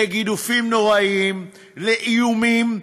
לגידופים נוראיים, לאיומים.